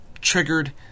triggered